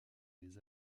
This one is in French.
les